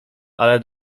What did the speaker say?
ale